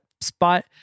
spot